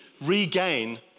regain